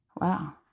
Wow